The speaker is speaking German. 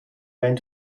wenn